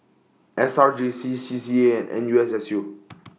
S R J C C C A and N U S S U